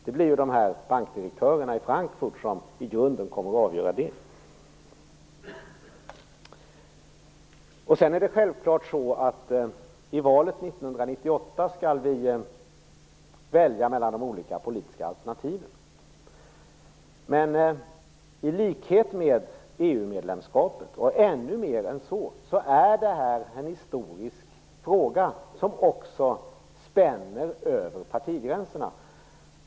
Det blir bankdirektörerna i Frankfurt som i grunden kommer att avgöra detta. Sedan är det självfallet så att vi i valet 1998 skall välja mellan de olika politiska alternativen. Men i likhet med EU-medlemskapet och ännu mer än så är detta en historisk fråga som också spänner över partigränserna.